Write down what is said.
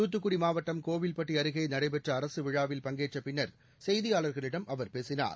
தூத்துக்குடி மாவட்டம் கோவில்பட்டி அருகே நடைபெற்ற அரசு விழாவில் பங்கேற்ற பின்னா் செய்தியாளர்களிடம் அவர் பேசினார்